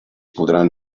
podran